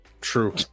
true